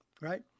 right